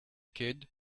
kid